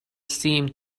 seemed